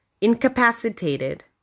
incapacitated